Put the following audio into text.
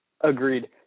Agreed